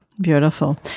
Beautiful